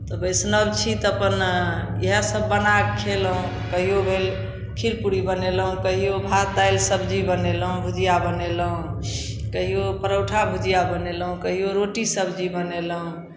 तऽ वैष्णव छी तऽ अपन यहएसभ बना कऽ खेलहुँ कहियो भेल खीर पूरी बनेलहुँ कहियो भात दालि सबजी बनेलहुँ भुजिया बनेलहुँ कहियो परोठा भुजिया बनेलहुँ कहियो रोटी सबजी बनेलहुँ